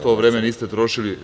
To vreme niste trošili.